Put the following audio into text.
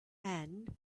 and